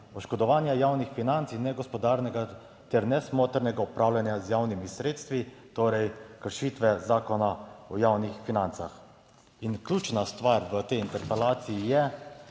oškodovanja javnih financ in negospodarnega ter nesmotrnega upravljanja z javnimi sredstvi, torej kršitve Zakona o javnih financah. In ključna stvar v tej interpelaciji je